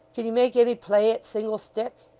can you make any play at single-stick